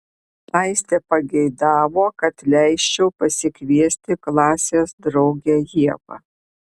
aistė pageidavo kad leisčiau pasikviesti klasės draugę ievą